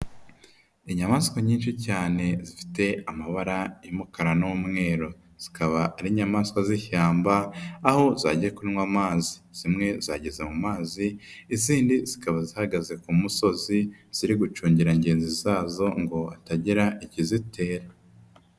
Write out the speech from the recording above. Inyamaswa nyinshi cyane zifite amabara y'umukara n'umweru, zikaba ari inyamaswa z'ishyamba, aho zagiye kunywa amazi. Zimwe zageze mu mazi, izindi zikaba zihagaze ku musozi ziri gucungira ngenzi zazo ngo hatagira ikizitera.